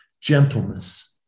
gentleness